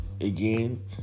again